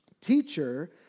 Teacher